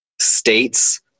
states